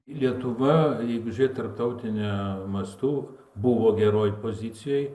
lietuva jeigu žiūrėt tarptautiniu mastu buvo geroj pozicijoj